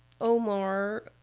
Omar